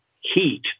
heat